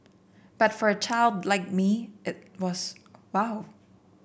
but for a child like me it was wow